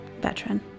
veteran